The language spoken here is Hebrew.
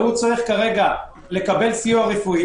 והוא צריך לקבל סיוע רפואי,